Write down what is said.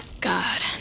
God